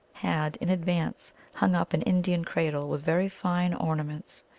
had in advance hung up an indian cradle with very fine or naments.